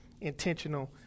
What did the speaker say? intentional